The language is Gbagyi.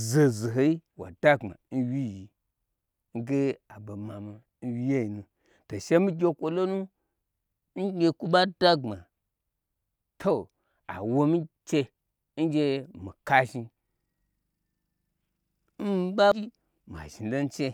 zoho zohoi wa dagbma n wyiyi nge aɓo mami n wyiyeinu to shemi gye kwo lonu n gye kwo ɓada gbma to a womi che n gyemi ka zhni n ɓa zhni lonu